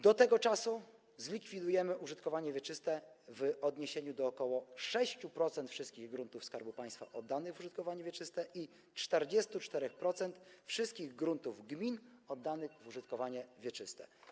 Do tego czasu zlikwidujemy użytkowanie wieczyste w odniesieniu do ok. 6% wszystkich gruntów Skarbu Państwa oddanych w użytkowanie wieczyste i 44% wszystkich gruntów gmin oddanych w użytkowanie wieczyste.